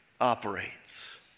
operates